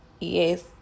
yes